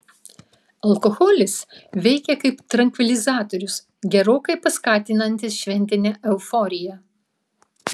alkoholis veikia kaip trankvilizatorius gerokai paskatinantis šventinę euforiją